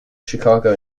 chicago